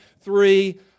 three